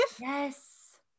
Yes